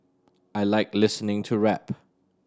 I like listening to rap